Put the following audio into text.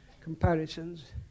comparisons